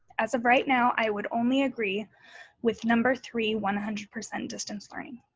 as of right now, i would only agree with number three one hundred percent distance learning.